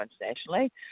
internationally